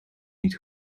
niet